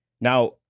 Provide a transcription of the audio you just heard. Now